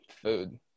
food